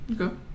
Okay